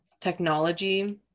technology